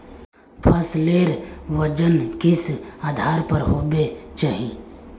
फसलेर वजन किस आधार पर होबे चही?